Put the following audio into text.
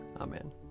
Amen